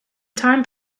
time